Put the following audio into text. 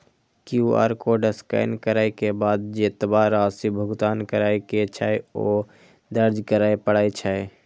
QR code scan करै के बाद जेतबा राशि भुगतान करै के छै, ओ दर्ज करय पड़ै छै